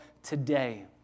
today